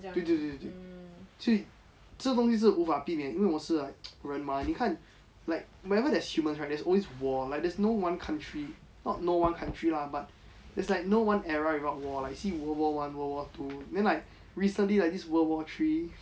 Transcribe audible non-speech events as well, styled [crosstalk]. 对对所以这东西是无法避免因为我是 like [noise] 人吗你看 like whenever there's human right there is always war like there is no one country not no one coutry lah but there's like no one era without war like you see world war one world war two then like recently like this world war three